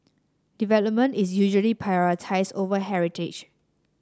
development is usually prioritised over heritage